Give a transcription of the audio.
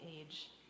age